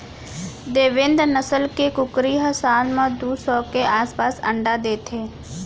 देवेन्द नसल के कुकरी ह साल म दू सौ के आसपास अंडा देथे